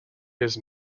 his